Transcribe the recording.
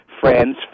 friends